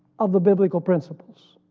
of the biblical principles.